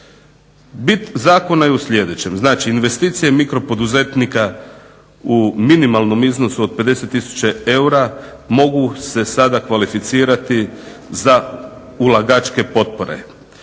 Bit zakona je u sljedećem, znači investicije mikropoduzetnika u minimalnom iznosu od 50 tisuća eura mogu se sada kvalificirati za ulagačke potpore.